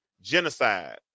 genocide